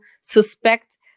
suspect